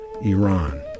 Iran